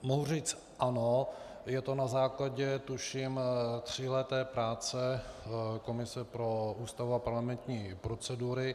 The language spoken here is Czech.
Mohu říct ano, je to na základě, tuším, tříleté práce komise pro Ústavu a parlamentní procedury.